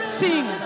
sing